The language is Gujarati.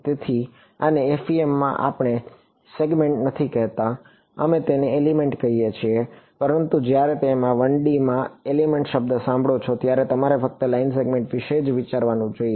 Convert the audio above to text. તેથી આને FEM માં આપણે સેગમેન્ટ નથી કહેતા અમે તેને એલિમેન્ટ કહીએ છીએ પરંતુ જ્યારે તમે 1D માં એલિમેન્ટ શબ્દ સાંભળો છો ત્યારે તમારે ફક્ત લાઇન સેગમેન્ટ વિશે જ વિચારવું જોઈએ